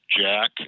Jack